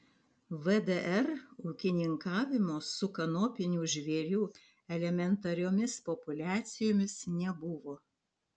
vdr ūkininkavimo su kanopinių žvėrių elementariomis populiacijomis nebuvo